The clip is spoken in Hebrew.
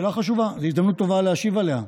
שאלה חשובה, וזאת הזדמנות טובה להשיב עליה,